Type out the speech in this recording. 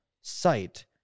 site